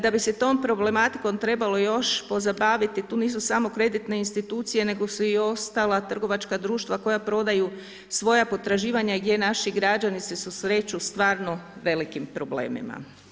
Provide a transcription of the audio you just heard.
Da bi se tom problematikom trebalo još pozabaviti tu nisu samo kreditne institucije nego su i ostala trgovačka društva koja prodaju svoja potraživanja i gdje naši građani se susreću sa stvarno velikim problemima.